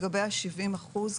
לגבי ה-70 אחוזים,